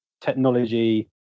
technology